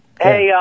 Hey